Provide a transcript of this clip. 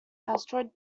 asteroid